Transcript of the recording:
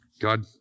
God